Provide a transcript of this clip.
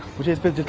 which has been